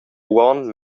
uonn